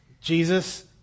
Jesus